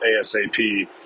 ASAP